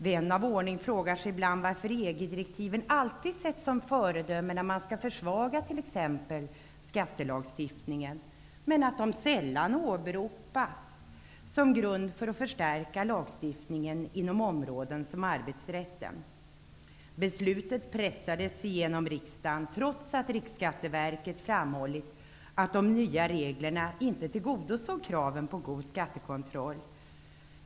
Vän av ordning frågar sig ibland varför EG-direktiven alltid sätts som föredömen när man skall försvaga t.ex. skattelagstiftningen, men sällan åberopas som grund för att förstärka lagstiftningen inom områden som arbetsrätten. Riksskatteverket framhållit att de nya reglerna inte tillgodosåg kraven på god skattekontroll.